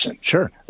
Sure